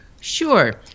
Sure